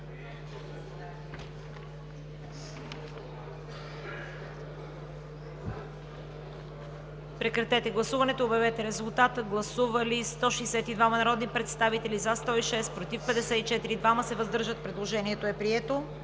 Прекратете гласуването и обявете резултата. Гласували 143 народни представители: за 105, против 38, въздържали се няма. Предложението е прието.